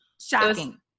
shocking